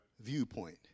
viewpoint